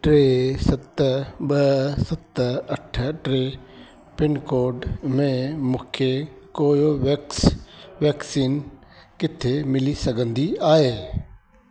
टे सत ॿ सत अठ टे पिनकोड में मूंखे कोवोवैक्स वैक्सीन किथे मिली सघंदी आहे